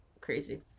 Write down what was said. Crazy